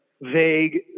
vague